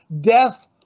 death